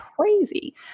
Crazy